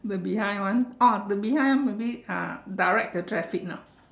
the behind one orh the behind one maybe uh direct the traffic lah